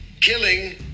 killing